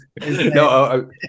No